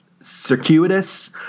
circuitous